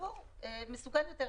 מצבו מסוכן יותר.